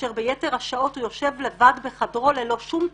כאשר ביתר השעות הוא יושב לבד בחדרו ללא שום תכלית.